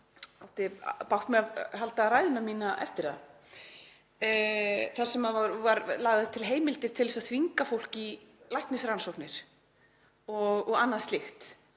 átti bágt með að halda ræðuna mína eftir það. Þar voru lagðar til heimildir til þess að þvinga fólk í læknisrannsóknir og annað slíkt.